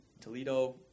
Toledo